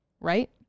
right